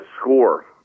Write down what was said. score